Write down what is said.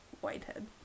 Whitehead